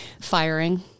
Firing